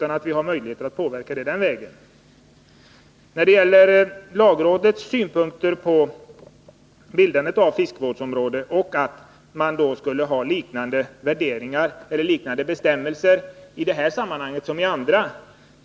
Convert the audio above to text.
När det gäller lagrådets synpunkter på bildandet av fiskevårdsområden menade Åke Wictorsson att man borde ha liknande bestämmelser i detta sammanhang som i andra.